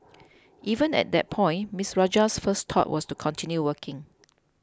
even at that point Ms Rajah's first thought was to continue working